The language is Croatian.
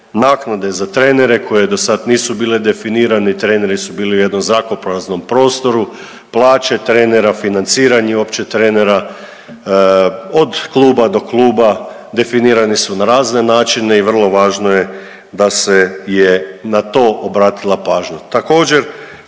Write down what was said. naknade za trenere koje do sada nisu bile definirane i treneri su bili u jednom zrakopraznom prostoru, plaće trenera. Financiranje uopće trenera od kluba do kluba definirani su na razne načine i vrlo važno je da se je na to obratila pažnja.